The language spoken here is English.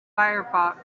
firefox